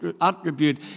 attribute